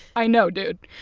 i know, dude.